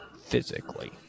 physically